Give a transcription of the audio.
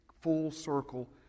full-circle